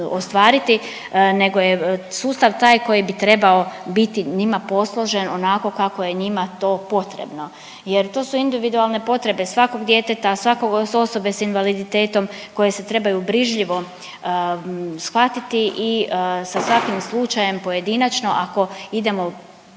ostvariti nego je sustav taj koji bi trebao biti njima posložen onako kako je njima to potrebno. Jer to su individualne potrebe svakog djeteta, svake osobe s invaliditetom koje se trebaju brižljivo shvatiti i sa svakim slučajem pojedinačno ako idemo